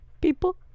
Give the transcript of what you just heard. people